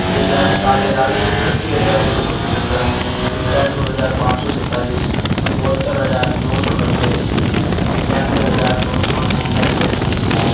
एक लाख साठ हजार अस्सी हजार छः सौ पचहत्तर सत्तानवे हजार पाँच सौ सैंतालीस बहत्तर हजार नौ सौ नब्बे निन्यानवे हजार नौ सौ निन्यानवे